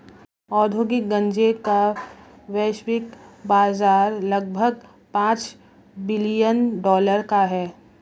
औद्योगिक गांजे का वैश्विक बाजार लगभग पांच बिलियन डॉलर का है